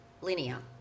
linear